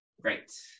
Great